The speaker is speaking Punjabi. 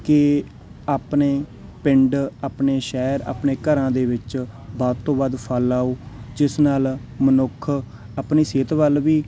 ਕਿ ਆਪਣੇ ਪਿੰਡ ਆਪਣੇ ਸ਼ਹਿਰ ਆਪਣੇ ਘਰਾਂ ਦੇ ਵਿੱਚ ਵੱਧ ਤੋਂ ਵੱਧ ਫ਼ਲ ਲਗਾਓ ਜਿਸ ਨਾਲ ਮਨੁੱਖ ਆਪਣੀ ਸਿਹਤ ਵੱਲ ਵੀ